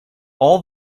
all